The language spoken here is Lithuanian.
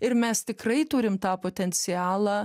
ir mes tikrai turim tą potencialą